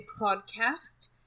podcast